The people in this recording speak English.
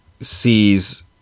sees